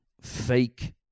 fake